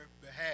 behalf